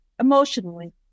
emotionally